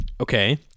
Okay